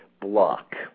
block